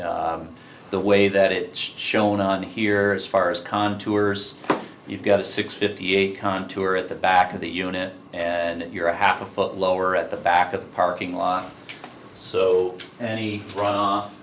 that the way that it shone on here as far as contours you've got a six fifty eight contour at the back of the unit and you're half a foot lower at the back of the parking lot so and a run off